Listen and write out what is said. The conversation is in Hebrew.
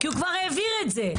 כי הוא כבר העביר את זה.